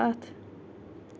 پتھ